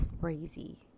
crazy